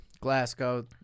Glasgow –